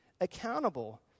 accountable